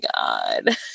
God